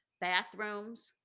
Bathrooms